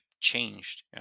changed